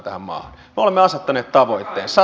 me olemme asettaneet tavoitteen